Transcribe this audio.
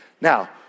Now